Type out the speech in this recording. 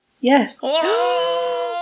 yes